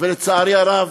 ולצערי הרב,